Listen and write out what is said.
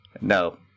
No